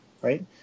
right